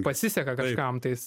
pasiseka kažkam tais